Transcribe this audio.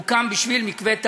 הוא הוקם בשביל מקווה טהרה.